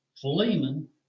Philemon